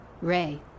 Ray